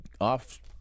off